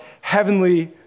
heavenly